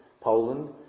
Poland